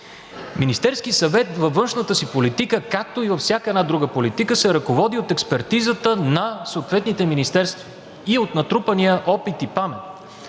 Министерският съвет във външната си политика както и във всяка една друга политика, се ръководи от експертизата на съответните министерства и от натрупания опит и памет.